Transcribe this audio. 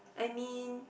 I mean